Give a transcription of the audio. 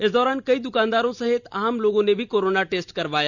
इस दौरान कई दुकानदारों सहित आम लोगों ने भी कोरोना टेस्ट करवाया